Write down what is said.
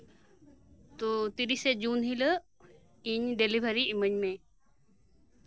ᱛᱚ ᱛᱤᱨᱤᱥᱮ ᱡᱩᱱ ᱦᱤᱞᱳᱜ ᱤᱧ ᱰᱮᱞᱤᱵᱷᱟᱨᱤ ᱮᱢᱟᱹᱧ ᱢᱮ